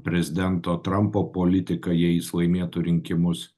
prezidento trampo politika jei jis laimėtų rinkimus